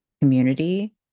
community